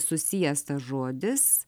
susijęs tas žodis